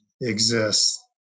exists